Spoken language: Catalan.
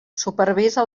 supervisa